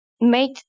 make